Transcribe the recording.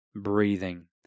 breathing